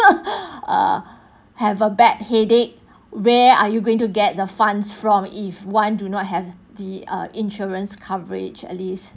err have a bad headache where are you going to get the funds from if one do not have the uh insurance coverage at least